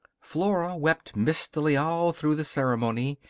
flora wept mistily all through the ceremony,